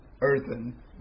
earthen